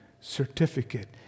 certificate